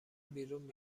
بیرون